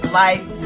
life